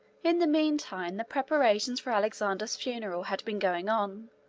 in the mean time, the preparations for alexander's funeral had been going on,